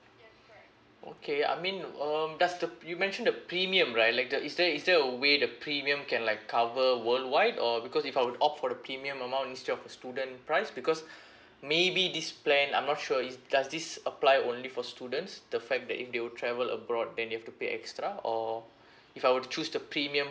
okay I mean um does the pre~ you mentioned the premium right like the is there is there a way the premium can like cover worldwide or because if I would opt for the premium amount instead of a student price because maybe this plan I'm not sure is does this apply only for students the fact that if they will travel abroad then you'll have to pay extra or if I were to choose the premium